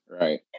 right